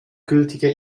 gültige